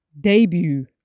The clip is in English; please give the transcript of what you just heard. debut